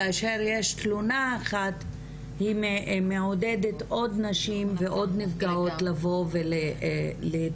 כאשר יש תלונה אחת היא מעודדת עוד נשים ועוד נפגעות לבוא ולהתלונן.